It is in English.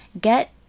get